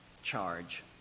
Charge